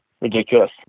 ridiculous